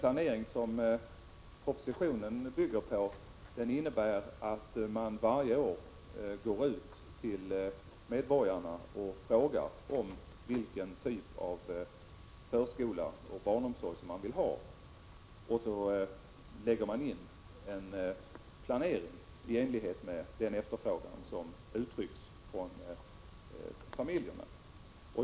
Planeringen i propositionen bygger på att man varje år 113 går ut till medborgarna och frågar vilken typ av förskola och barnomsorg som de vill ha. Planeringen utgår sedan från den efterfrågan som kommit till uttryck från familjerna.